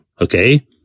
okay